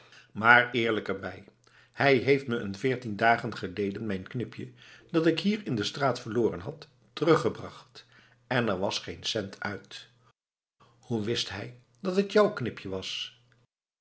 maar eerlijk er bij hij heeft me een veertien dagen geleden mijn knipje dat ik hier in de straat verloren had teruggebracht en er was geen cent uit hoe wist hij dat het jouw knipje was